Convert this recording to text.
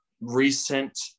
recent